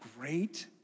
great